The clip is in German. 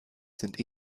sind